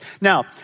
Now